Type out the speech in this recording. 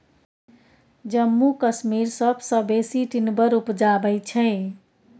जम्मू कश्मीर सबसँ बेसी टिंबर उपजाबै छै